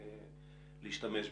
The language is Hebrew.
להשתמש בו.